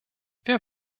wer